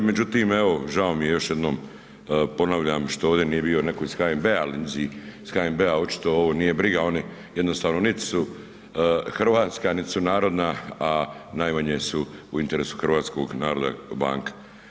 Međutim, evo žao mi je još jednom, ponavljam što ovdje nije bio netko iz HNB-a, al njizi iz HNB-a očito ovo nije briga, oni jednostavno nit su hrvatska, nit su narodna, a najmanje su u interesu hrvatskog naroda, banka.